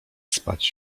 spać